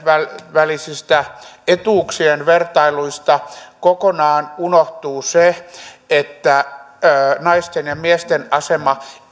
välisistä etuuksien vertailuista kokonaan unohtuu se että naisten ja miesten asema